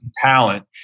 talent